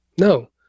No